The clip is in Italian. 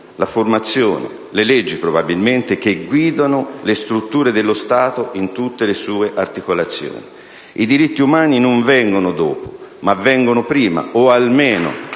la formazione, le leggi, probabilmente, che guidano le strutture dello Stato in tutte le sue articolazioni. I diritti umani non vengono dopo: vengono prima o, almeno,